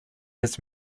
his